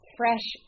fresh